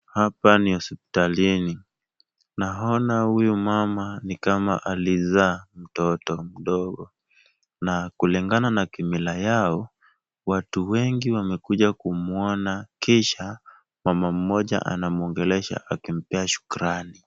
Hapa ni hospitalini. Naona huyu mama ni kama alizaa mtoto mdogo na kulingana na kimila yao, watu wengi wamekuja kumuona kisha mama mmoja anamuongelesha akimpea shukrani.